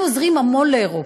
אנחנו עוזרים המון לאירופה: